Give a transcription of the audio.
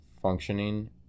functioning